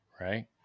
Right